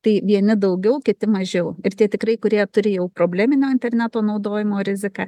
tai vieni daugiau kiti mažiau ir tie tikrai kurie turi jau probleminio interneto naudojimo riziką